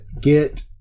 get